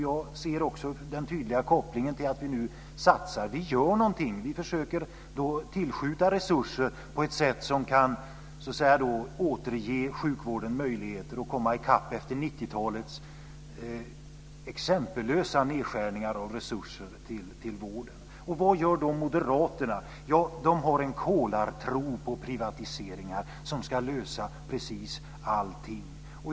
Jag ser också den tydliga kopplingen till att vi nu satsar. Vi gör någonting. Vi försöker tillskjuta resurser på ett sätt som kan återge sjukvården möjligheter att komma i kapp efter 90-talets exempellösa nedskärningar av resurser till vården. Vad gör då moderaterna? De har en kolartro på privatiseringar som ska lösa precis allting.